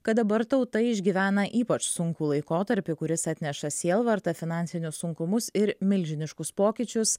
kad dabar tauta išgyvena ypač sunkų laikotarpį kuris atneša sielvartą finansinius sunkumus ir milžiniškus pokyčius